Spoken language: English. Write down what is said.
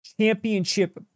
championship